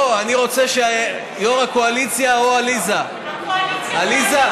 לא, אני רוצה שיו"ר הקואליציה או עליזה, עליזה,